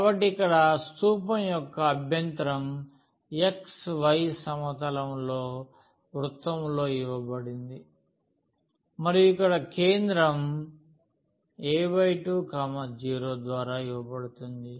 కాబట్టి ఇక్కడ స్థూపం యొక్క అభ్యంతరం xy సమతలంలో వృత్తంలో ఇవ్వబడింది మరియు ఇక్కడ కేంద్రం a20 ద్వారా ఇవ్వబడుతుంది